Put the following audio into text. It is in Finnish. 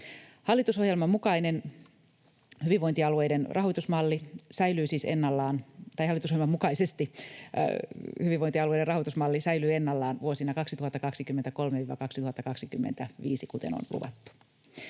Hallitusohjelman mukaisesti hyvinvointialueiden rahoitusmalli säilyy ennallaan vuosina 2023—2025, kuten on luvattu.